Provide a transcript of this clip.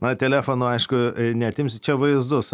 na telefono aišku neatimsi čia vaizdus